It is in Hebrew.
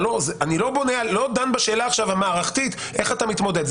אני לא דן בשאלה המערכתית איך אתה מתמודד.